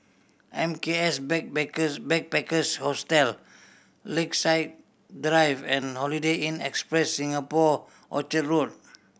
M K S Backpackers Backpackers Hostel Lakeside Drive and Holiday Inn Express Singapore Orchard Road